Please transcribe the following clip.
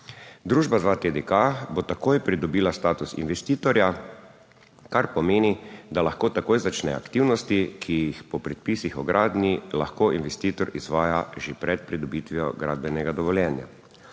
Družba 2TDK bo takoj pridobila status investitorja, kar pomeni, da lahko takoj začne aktivnosti, ki jih po predpisih o gradnji lahko investitor izvaja že pred pridobitvijo gradbenega dovoljenja.